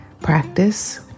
practice